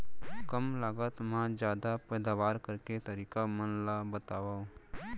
कम लागत मा जादा पैदावार करे के तरीका मन ला बतावव?